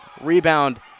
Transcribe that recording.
Rebound